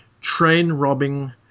train-robbing